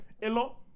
hello